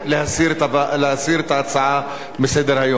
להסיר את ההצעה מסדר-היום.